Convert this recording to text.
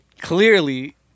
clearly